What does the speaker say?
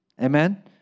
Amen